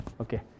okay